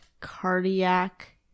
cardiac